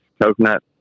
coconut